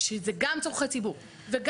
אז זה היה תוכנית מתאר.